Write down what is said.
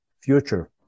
future